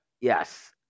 Yes